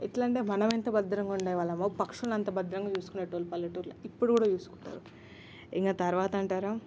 ఎట్లా అంటే మనము ఎంత భద్రంగా ఉండేవాళ్ళమో పక్షులని అంత భద్రంగా చూసుకునేవాళ్ళు పల్లెటూళ్ళ ఇప్పుడు కూడా చూసుకుంటారు ఇక తరువాత అంటారా